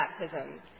baptisms